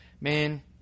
Man